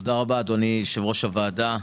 תודה רבה אדוני יושב ראש הוועדה.